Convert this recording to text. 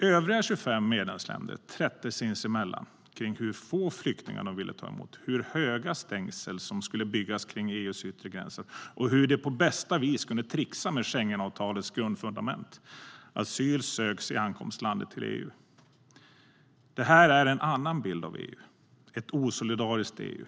Övriga 25 medlemsländer trätte sinsemellan om hur få flyktingar de ville ta emot, hur höga stängsel som skulle byggas kring EU:s yttre gränser och hur de på bästa vis kunde trixa med Schengenavtalets grundfundament: att asyl söks i ankomstlandet till EU.Det här en annan bild av EU, ett osolidariskt EU.